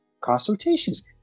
consultations